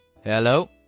Hello